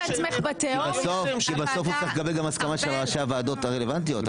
כי בסוף הוא צריך גם לקבל הסכמה של ראשי הוועדות הרלוונטיות.